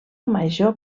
major